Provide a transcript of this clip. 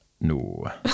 No